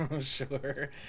Sure